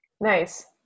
Nice